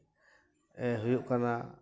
ᱦᱩᱭᱩᱜ ᱠᱟᱱᱟ